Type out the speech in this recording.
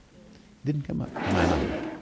didn't come up to my knowledge.